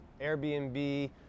Airbnb